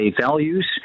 values